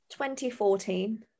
2014